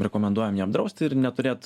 rekomenduojam ją apdrausti ir neturėt